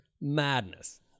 Madness